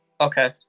Okay